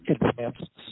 advanced